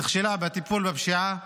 נכשלה בטיפול בפשיעה,